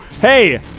Hey